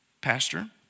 Pastor